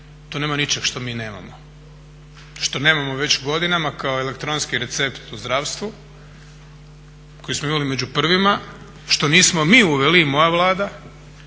To nema ničeg što mi nemamo, što nemamo već godinama kao elektronski recept u zdravstvu koji smo imali među prvima što nismo mi uveli i moja Vlada.